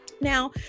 now